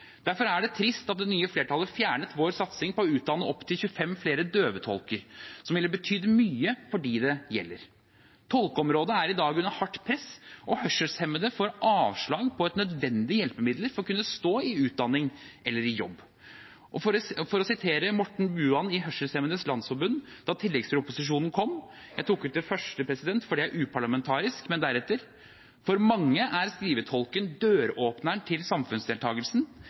Derfor er det trist at det nye flertallet fjernet vår satsing på å utdanne opptil 25 flere døvetolker, noe som ville betydd mye for dem det gjelder. Tolkeområdet er i dag under hardt press, og hørselshemmede får avslag på et nødvendig hjelpemiddel for å kunne stå i utdanning eller i jobb. For å sitere Morten Buan i Hørselshemmedes Landsforbund da tilleggsproposisjonen kom – jeg tok ut det første, for det er uparlamentarisk, men deretter: «For mange er skrivetolken døråpneren til